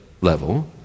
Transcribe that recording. level